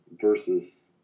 Versus